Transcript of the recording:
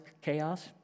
chaos